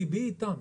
ליבי איתם.